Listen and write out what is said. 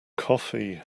coffee